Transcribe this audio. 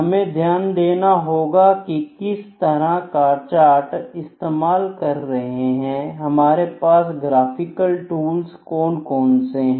हमें ध्यान देना होगा हम किस तरह का चार्ट इस्तेमाल कर रहे हैं और हमारे पास ग्राफिकल टूल्स कौन कौन से हैं